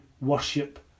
worship